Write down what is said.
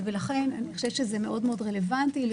אני חושבת שזה מאוד מאוד רלוונטי כדי